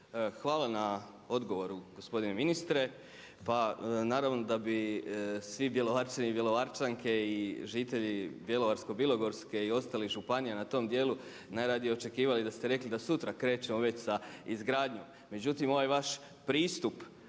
Hvala na odgovoru gospodine ministre. Pa naravno bi svi Bjelovarčani i Bjelovarčanke i žitelji Bjelovarsko-bilogorske i ostalih županija na tom dijelu najradije očekivali da ste rekli da sutra krećemo već sa izgradnjom. Međutim, ovaj vaš pristup